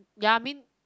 ya I mean